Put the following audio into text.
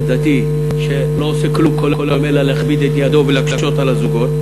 דתי שלא עושה כלום כל היום אלא להכביד את ידו ולהקשות על הזוגות.